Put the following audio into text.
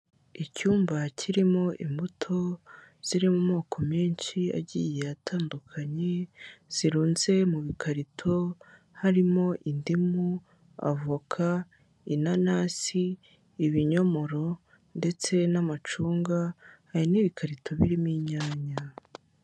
Icyumba kirimo imbuto ziri mu moko menshi agiye atandukanye ,zirunze mu bikarito harimo :indimu, ivoka ,inanasi, ibinyomoro ndetse n'amacunga hari n'ibikarito birimo inyanya.